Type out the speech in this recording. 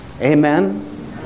amen